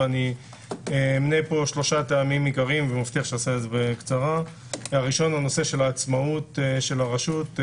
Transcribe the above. ואמנה שלושה טעמים עיקריים: הראשון הוא נושא עצמאות הרשות.